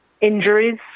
Injuries